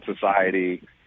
society